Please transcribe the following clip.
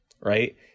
right